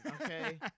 okay